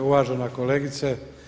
Uvažena kolegice.